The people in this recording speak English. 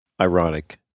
ironic